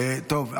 טוב,